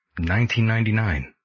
1999